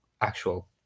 actual